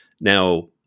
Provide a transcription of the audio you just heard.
Now